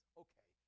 okay